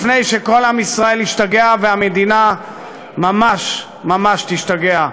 לפני שכל עם ישראל ישתגע והמדינה ממש ממש תשתגע.